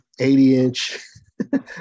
80-inch